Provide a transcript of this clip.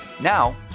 now